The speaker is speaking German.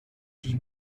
die